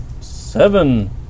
Seven